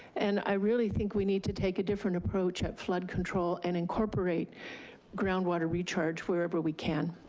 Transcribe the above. and i really think we need to take a different approach at flood control and incorporate groundwater recharge wherever we can.